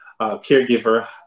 caregiver